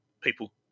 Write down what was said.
people